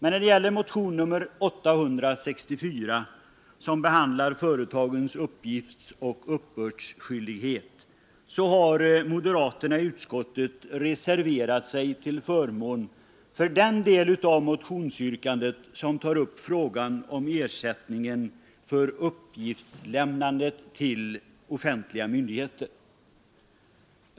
När det gäller motionen 864, som behandlar företagens uppgiftsoch uppbördsskyldighet, har moderaterna i utskottet reserverat sig till förmån för den del av motionsyrkandet som tar upp frågan om ersättningen för uppgiftslämnandet till offentliga myndigheter.